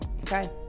okay